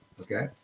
okay